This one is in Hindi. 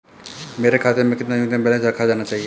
मेरे खाते में कितना न्यूनतम बैलेंस रखा जाना चाहिए?